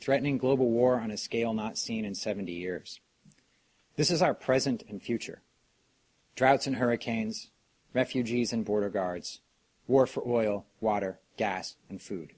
threatening global war on a scale not seen in seventy years this is our present and future droughts and hurricanes refugees and border guards war for oil water gas and food